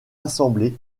assemblées